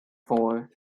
four